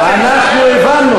תתבייש לך.